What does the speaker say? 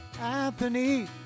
Anthony